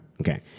Okay